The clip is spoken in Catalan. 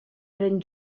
eren